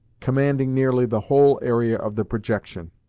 commanding nearly the whole area of the projection.